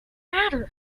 matter